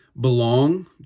belong